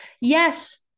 Yes